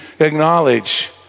acknowledge